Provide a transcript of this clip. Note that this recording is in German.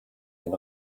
den